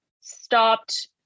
stopped